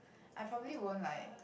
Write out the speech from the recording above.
I probably won't like